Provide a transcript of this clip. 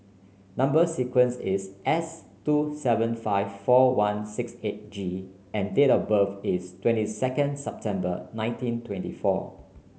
number sequence is S two seven five four one six eight G and date of birth is twenty second September nineteen twenty four